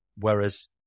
whereas